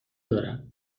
دارم